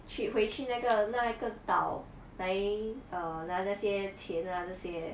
去回去那个那个岛来 err 拿那些钱啊这些